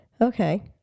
Okay